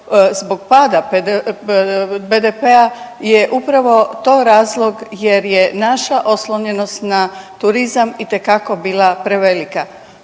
zbog pada BDP-a je upravo to razlog jer je naša oslonjenost na turizam itekako bila prevelika.